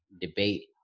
debate